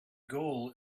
goal